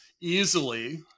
easily